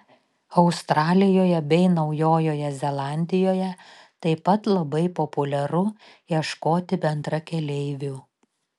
australijoje bei naujojoje zelandijoje taip pat labai populiaru ieškoti bendrakeleivių